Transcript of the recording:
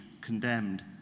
condemned